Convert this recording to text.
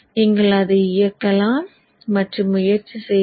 நீங்கள் அதை இயக்கலாம் மற்றும் முயற்சி செய்யவும்